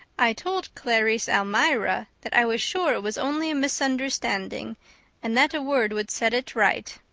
i told clarice almira that i was sure it was only a misunderstanding and that a word would set it right.